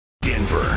Denver